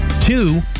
Two